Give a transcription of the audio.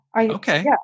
Okay